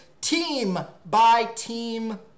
Team-by-Team